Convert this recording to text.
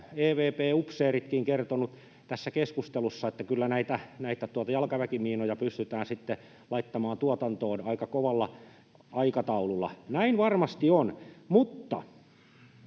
evp-upseeritkin kertoneet, että kyllä näitä jalkaväkimiinoja pystytään laittamaan tuotantoon aika kovalla aikataululla. Näin varmasti on.